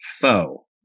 foe